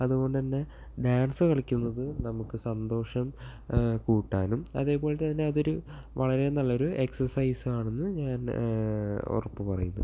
അതുകൊണ്ടെന്നെ dance കളിക്കുന്നത് നമുക്ക് സന്തോഷം കൂട്ടാനും അതേപോലെ തന്നെ അതൊരു വളരെ നല്ലൊരു എക്സർസൈസാണെന്ന് ഞാൻ ഉറപ്പ് പറയുന്നു